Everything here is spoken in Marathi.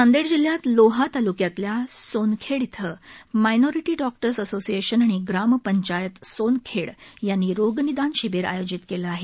नांदेड जिल्ह्यात लोहा तालुक्यातील सोनखेड इथ मायनॉरीटी डॉक्टर्स असोशिएशन आणि ग्राम पंचायत सोनखेड यांनी रोगनिदान शिबीर आयोजित केलं आहे